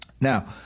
Now